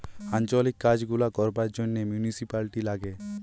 আঞ্চলিক কাজ গুলা করবার জন্যে মিউনিসিপালিটি লাগে